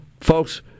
Folks